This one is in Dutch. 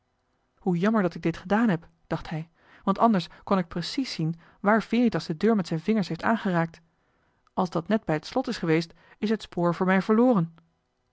hoe jammer dat ik dit gedaan heb dacht hij want anders kon ik precies zien waar veritas de deur met zijn vingers heeft aangeraakt als dat net bij het slot is geweest is het spoor voor mij verloren